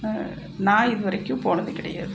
நான் இது வரைக்கும் போனது கிடையாது